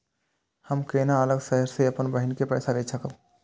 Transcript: हम केना अलग शहर से अपन बहिन के पैसा भेज सकब?